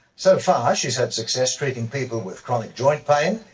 so far she has had success treating people with chronic joint pain,